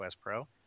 Pro